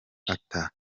ata